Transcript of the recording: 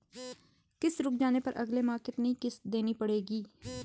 किश्त रुक जाने पर अगले माह कितनी किश्त देनी पड़ेगी?